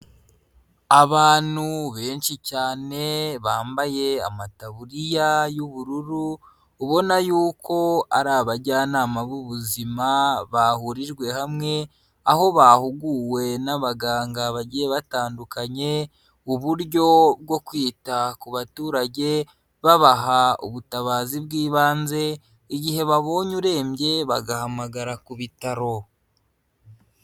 Abantu benshi cyane bambaye amataburiya y'ubururu ubona yuko ari abajyanama b'ubuzima bahurijwe hamwe, aho bahuguwe n'abaganga bagiye batandukanye, uburyo bwo kwita ku baturage babaha ubutabazi bw'ibanze igihe babonye urembye bagahamagara ku bitaro.